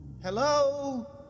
Hello